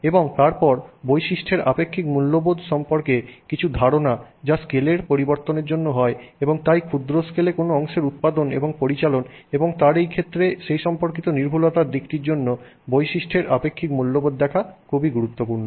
এবং তারপর বৈশিষ্ট্যের আপেক্ষিক মূল্যবোধ সম্পর্কে কিছু ধারণা যা স্কেলের পরিবর্তনের জন্য হয় এবং তাই ক্ষুদ্র স্কেলে কোনো অংশের উৎপাদন এবং পরিচালন এবং তার এই ক্ষেত্রে সেই সম্পর্কিত নির্ভুলতার দিকটির জন্য বৈশিষ্ট্যের আপেক্ষিক মূল্যবোধ দেখা খুবই গুরুত্বপূর্ণ